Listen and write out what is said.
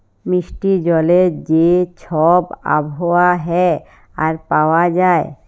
মিষ্টি জলের যে ছব আবহাওয়া হ্যয় আর পাউয়া যায়